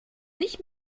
nicht